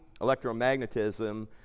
electromagnetism